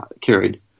carried